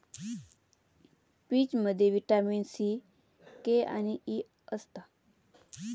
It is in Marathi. पीचमध्ये विटामीन सी, के आणि ई असता